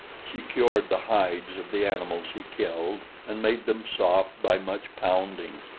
she cured the hides of the animals he killed and made them soft by much pounding.